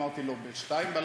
אמרתי לו: ב-02:00,